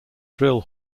drill